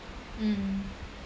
mm